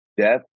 death